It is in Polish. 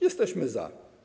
Jesteśmy za.